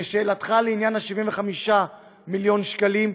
לשאלתך לעניין 75 מיליון השקלים,